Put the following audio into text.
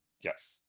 Yes